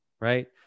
right